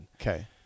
Okay